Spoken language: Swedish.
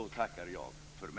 ord tackar jag för mig.